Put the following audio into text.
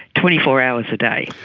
twenty four hours a day.